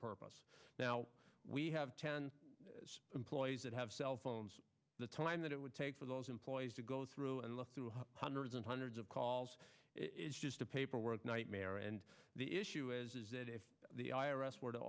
purpose now we have ten employees that have cell phones the time that it would take for those employees to go through and look through hundreds and hundreds of calls is just a paperwork nightmare and the issue is that if the i r s were t